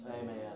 Amen